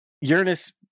Uranus